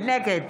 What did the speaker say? נגד